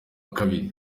kabiri